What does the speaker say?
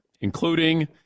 including